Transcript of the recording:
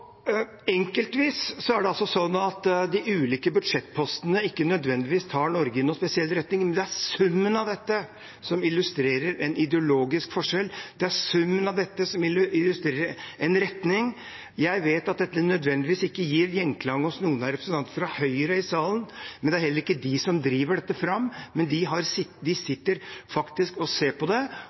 Enkeltvis er det sånn at de ulike budsjettpostene ikke nødvendigvis tar Norge i noen spesiell retning, men det er summen av dette som illustrerer en ideologisk forskjell, det er summen av dette som illustrerer en retning. Jeg vet at dette ikke nødvendigvis gir gjenklang hos noen av representantene fra Høyre i salen – det er heller ikke de som driver dette fram. Men de sitter faktisk og ser på det